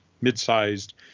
mid-sized